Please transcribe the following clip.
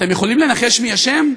אתם יכולים לנחש מי אשם?